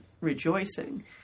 rejoicing